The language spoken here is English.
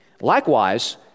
Likewise